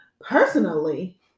Personally